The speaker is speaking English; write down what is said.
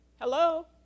hello